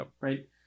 right